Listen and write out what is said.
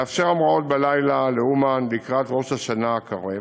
לאפשר המראות בלילה לאומן לקראת ראש השנה הקרב,